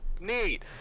Neat